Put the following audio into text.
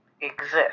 exist